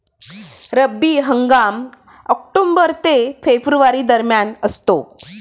रब्बी हंगाम ऑक्टोबर ते फेब्रुवारी दरम्यान असतो